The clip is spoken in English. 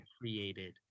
created